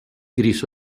gris